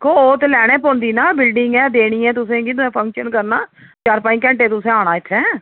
दिक्खो ओह् ते लैनी पोंदी ना बिलडिंग ऐ देनी ऐ तुसेंगी तुसें फंक्शन करना चार पंज घैंटे तुसें आना इत्थें